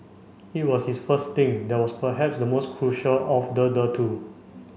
it was his first stint that was perhaps the most critical of the the two